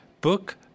book